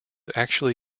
actually